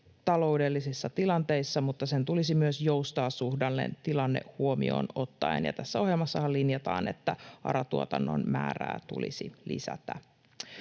taloudellisissa tilanteissa, mutta sen tulisi myös joustaa suhdannetilanne huomioon ottaen. Ja tässä ohjelmassahan linjataan, että ARA-tuotannon määrää tulisi lisätä.